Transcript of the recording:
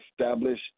establish